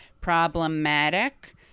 problematic